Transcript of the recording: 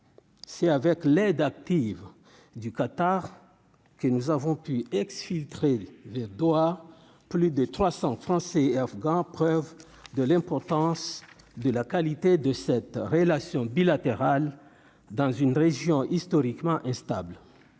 c'est avec l'aide active du Qatar qui nous avons pu exfiltrer vers doit plus de 300 français et afghans, preuve de l'importance de la qualité de cette relation bilatérale, dans une région historiquement instable,